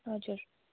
हजुर